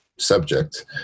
subject